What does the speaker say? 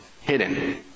hidden